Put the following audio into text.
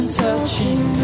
touching